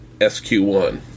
SQ1